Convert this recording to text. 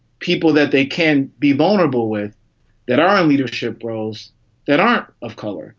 people that they can be vulnerable with that are in leadership roles that aren't of color